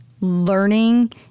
learning